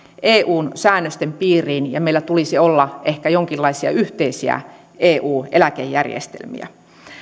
eun säännösten piiriin ja meillä tulisi olla ehkä jonkinlaisia yhteisiä eu eläkejärjestelmiä